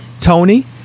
Tony